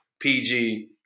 PG